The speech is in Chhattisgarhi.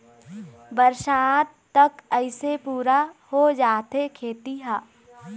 बरसात तक अइसे पुरा हो जाथे खेती ह